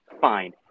fine